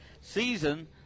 season